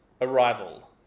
Arrival